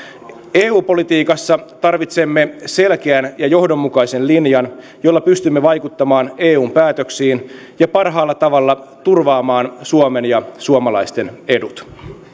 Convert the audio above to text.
eu politiikassa tarvitsemme selkeän ja johdonmukaisen linjan jolla pystymme vaikuttamaan eun päätöksiin ja parhaalla tavalla turvaamaan suomen ja suomalaisten edut